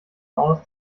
aus